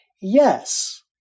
Yes